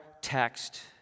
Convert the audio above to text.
text